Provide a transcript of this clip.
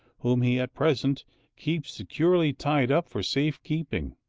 whom he at present keeps securely tied up for safe-keeping.